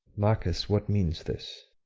marcus, what means this?